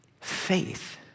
faith